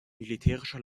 militärische